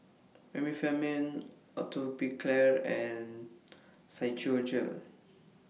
Remifemin Atopiclair and Physiogel